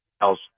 else